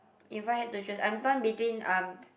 if I had to choose I'm torn between um